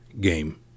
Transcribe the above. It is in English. game